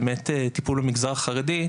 אז במקרה הצורך,